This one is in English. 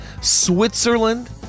Switzerland